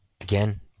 again